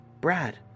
Brad